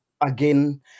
again